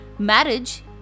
Marriage